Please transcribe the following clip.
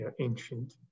ancient